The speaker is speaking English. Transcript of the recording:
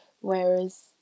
Whereas